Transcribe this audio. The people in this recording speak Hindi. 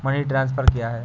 मनी ट्रांसफर क्या है?